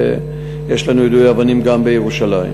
ויש לנו יידוי אבנים גם בירושלים.